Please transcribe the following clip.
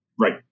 Right